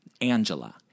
Angela